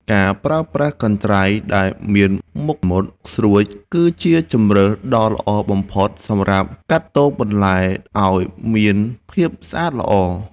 ការប្រើប្រាស់កន្ត្រៃដែលមានមុខមុតស្រួចគឺជាជម្រើសដ៏ល្អបំផុតសម្រាប់កាត់ទងបន្លែឱ្យមានភាពស្អាតល្អ។